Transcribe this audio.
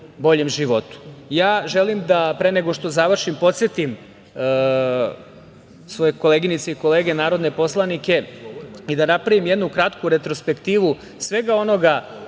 boljem životu. Želim, pre nego što završim podsetim svoje koleginice i kolege narodne poslanike i da napravim jednu kratku retrospektivu svega onoga